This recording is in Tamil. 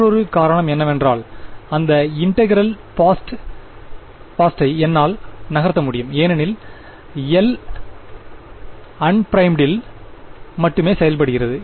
மற்றொரு காரணம் என்னவென்றால் அந்த இன்டெகிறல் பாஸ்டை என்னால் நகர்த்த முடியும் ஏனெனில் எல் அன் பிரைமிடில் மட்டுமே செயல்படுகிறது